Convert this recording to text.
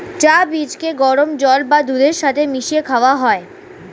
চা বীজকে গরম জল বা দুধের সাথে মিশিয়ে খাওয়া হয়